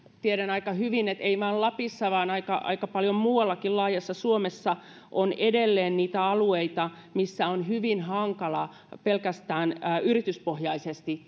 tiedän aika hyvin että ei vain lapissa vaan aika aika paljon muuallakin laajassa suomessa on edelleen niitä alueita missä on hyvin hankalaa pelkästään yrityspohjaisesti